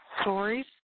stories